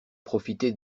profiter